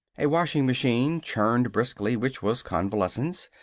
a washing-machine churned briskly, which was convalescence.